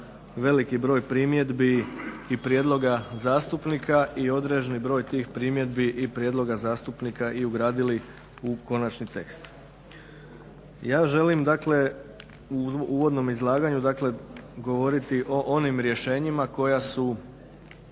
veliki broj primjedbi i prijedloga zastupnika i određeni broj tih primjedbi i prijedloga zastupnika i ugradili u konačni tekst. Ja želim u uvodnom izlaganju govoriti o onim rješenjima koja su